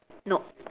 nope